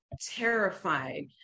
terrified